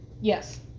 Yes